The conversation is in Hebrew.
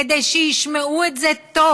כדי שישמעו את זה טוב,